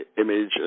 image